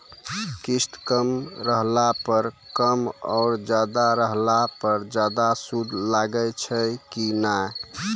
किस्त कम रहला पर कम और ज्यादा रहला पर ज्यादा सूद लागै छै कि नैय?